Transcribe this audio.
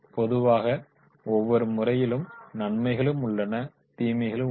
பொதுவாக ஒவ்வொரு முறையிலும் நன்மைகளும் உள்ளன தீமைகளும் உள்ளன